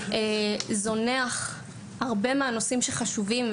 זונח הרבה מהנושאים שחשובים.